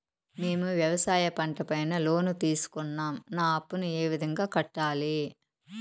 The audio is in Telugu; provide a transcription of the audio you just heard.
మేము వ్యవసాయ పంట పైన లోను తీసుకున్నాం నా అప్పును ఏ విధంగా కట్టాలి